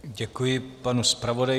Děkuji panu zpravodaji.